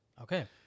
Okay